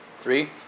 three